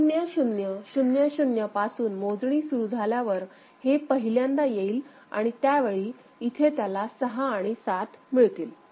0000 पासून मोजणी सुरू झाल्यावर हे पहिल्यांदा येईल त्यावेळी इथे त्याला सहा आणि सात मिळतील